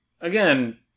again